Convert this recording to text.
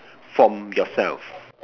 from yourself